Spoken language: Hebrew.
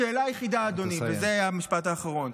השאלה היחידה, אדוני, זה יהיה המשפט האחרון,